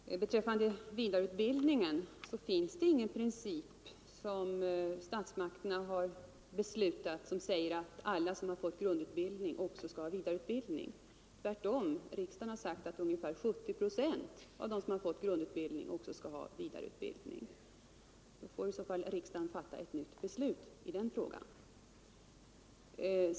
Herr talman! Beträffande vidareutbildningen har statsmakterna inte beslutat om någon princip som säger att alla som fått grundutbildning också skall ha vidareutbildning. Tvärtom har riksdagen sagt att ungefär 70 procent av dem som fått grundutbildning också skall ha vidareutbildning. Om alla skall ha vidareutbildning får riksdagen fatta ett nytt beslut i frågan.